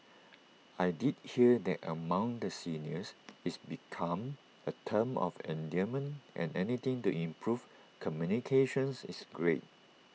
I did hear that among the seniors it's become A term of endearment and anything to improve communications is great